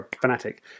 fanatic